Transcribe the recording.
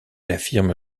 affirme